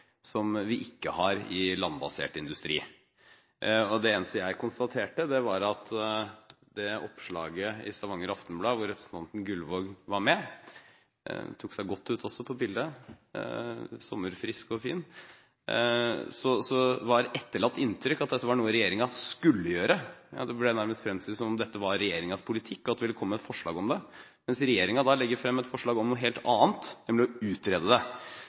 som vi ikke har i landbasert industri. Det eneste jeg konstaterte, var at i det oppslaget i Stavanger Aftenblad hvor representanten Gullvåg var med – han tok seg godt ut også på bildet, sommerfrisk og fin – var det etterlatt et inntrykk av at dette var noe regjeringen skulle gjøre. Ja, det ble nærmest fremstilt som om dette var regjeringens politikk, og at de ville komme med forslag om det, mens regjeringen da legger frem et forslag om noe helt annet, nemlig om å utrede